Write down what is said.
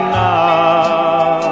now